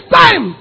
time